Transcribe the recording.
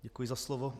Děkuji za slovo.